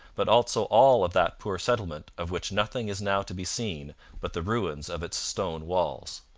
but also all of that poor settlement of which nothing is now to be seen but the ruins of its stone walls